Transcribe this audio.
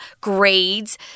grades